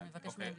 אנחנו נבקש מהם.